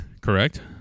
Correct